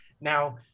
Now